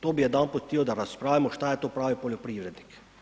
To bi jedanput htio da raspravimo šta je to pravi poljoprivrednik.